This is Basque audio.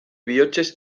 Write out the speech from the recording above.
bihotzez